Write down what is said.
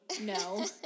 No